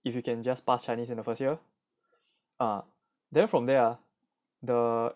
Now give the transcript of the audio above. if you can just pass chinese in the first year ah then from there ah the